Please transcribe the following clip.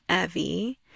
Evie